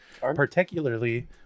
particularly